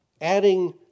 adding